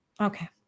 Okay